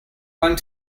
going